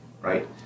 right